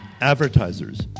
advertisers